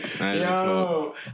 Yo